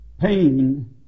pain